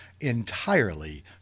entirely